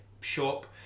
shop